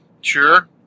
sure